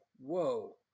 whoa